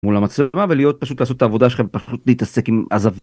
מול המצלמה, ולהיות פשוט לעשות את העבודה שלכם, פשוט להתעסק עם עזאבים.